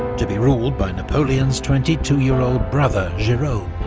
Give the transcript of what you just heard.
to be ruled by napoleon's twenty two year-old brother jerome,